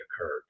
occurred